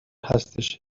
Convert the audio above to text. هستش